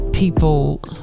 people